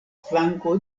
flanko